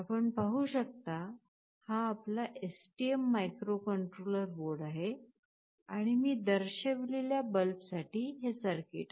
आपण पाहू शकता हा आपला STM मायक्रोकंट्रोलर बोर्ड आहे आणि मी दर्शविलेल्या बल्बसाठी हे सर्किट आहे